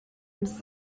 his